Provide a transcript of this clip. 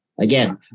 Again